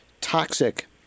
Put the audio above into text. toxic